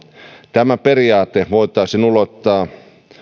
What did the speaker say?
tämä periaate voitaisiin ulottaa